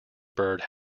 bird